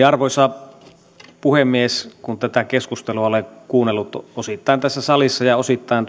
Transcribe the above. arvoisa puhemies kun tätä keskustelua olen kuunnellut osittain tässä salissa ja osittain